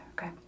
Okay